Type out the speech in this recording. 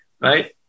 right